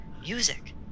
music